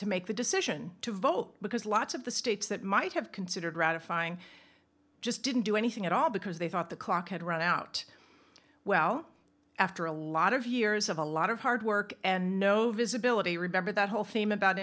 to make the decision to vote because lots of the states that might have considered ratifying just didn't do anything at all because they thought the clock had run out well after a lot of years of a lot of hard work and no visibility remember that whole theme about